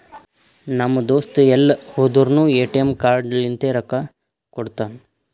ನಮ್ ದೋಸ್ತ ಎಲ್ ಹೋದುರ್ನು ಎ.ಟಿ.ಎಮ್ ಕಾರ್ಡ್ ಲಿಂತೆ ರೊಕ್ಕಾ ಕೊಡ್ತಾನ್